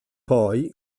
poi